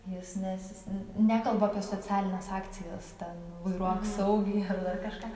jis nesis n nekalba apie socialines akcijas ten vairuok saugiai ar dar kažką